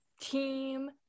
team